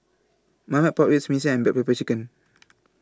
Marmite Pork Ribs Mee Siam and Black Pepper Chicken